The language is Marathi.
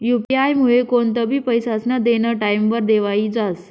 यु.पी आयमुये कोणतंबी पैसास्नं देनं टाईमवर देवाई जास